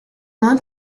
known